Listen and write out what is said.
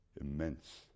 immense